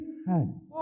hands